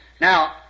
Now